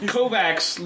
Kovacs